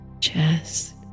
chest